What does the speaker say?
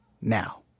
Now